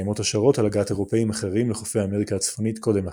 קיימות השערות על הגעת אירופאים אחרים לחופי אמריקה הצפונית קודם לכן,